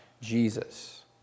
Jesus